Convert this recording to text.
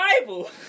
Bible